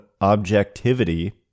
objectivity